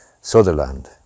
sutherland